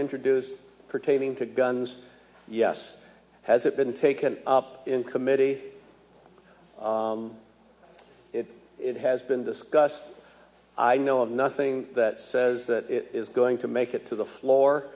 introduced pertaining to guns yes has it been taken up in committee it has been discussed i know of nothing that says that it is going to make it to the floor